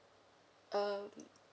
um